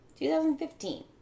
2015